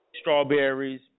Strawberries